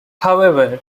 however